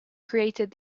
created